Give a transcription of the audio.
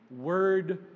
word